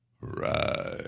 Right